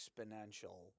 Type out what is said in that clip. exponential